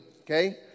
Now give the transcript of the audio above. okay